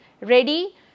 ready